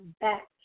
back